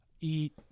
eat